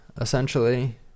essentially